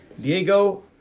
Diego